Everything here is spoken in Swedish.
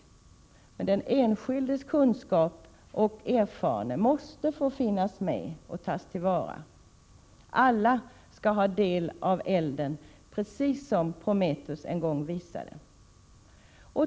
Den enskildes kunskap och erfarenhet måste finnas med och tas till vara. Alla skall ha del av elden, precis som Prometheus en gång visade.